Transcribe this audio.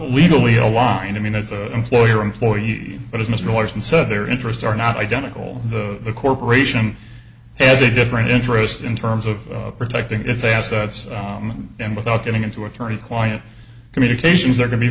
legally aligned i mean as a employer employee but as much noise and some other interests are not identical the corporation has a different interest in terms of protecting its assets and without going into attorney client communications are going to be